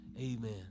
Amen